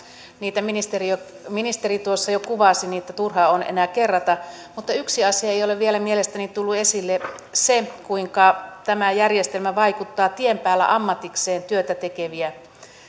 niitä ministeri tuossa jo kuvasi niin että turhaa on enää kerrata mutta yksi asia ei ole vielä mielestäni tullut esille se kuinka tämä järjestelmä vaikuttaa tien päällä ammatikseen työtä